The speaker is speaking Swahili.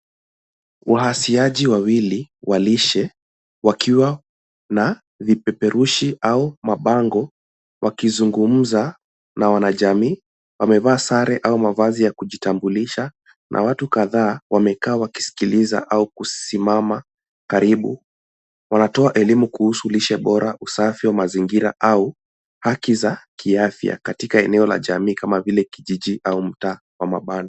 Waasiaji wawili wa lishe wakiwa na vipeperushi au mabango wakizungumza na wanajamii. Wamevaa sare au mavazi ya kujitambulisha na watu kadhaa wamekaa wakisikiliza au kusimama karibu. Wanatoa elimu kuhusu lishe bora, usafi wa mazingira au haki za kiafya katika eneo la jamii kama vile kijiji au mtaa wa mabano.